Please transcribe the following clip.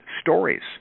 stories